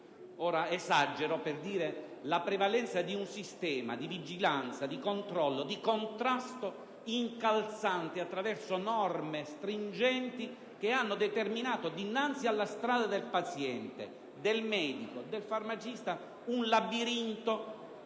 ma è per indicare la prevalenza di un sistema di vigilanza, di controllo e di contrasto incalzante attraverso norme stringenti, che hanno determinato dinanzi alla strada del paziente, del medico e del farmacista, un labirinto